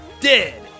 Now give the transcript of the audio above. dead